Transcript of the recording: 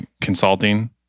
consulting